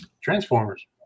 Transformers